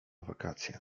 wakacje